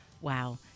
Wow